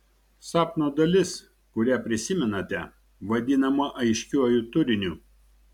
sapno dalis kurią prisimenate vadinama aiškiuoju turiniu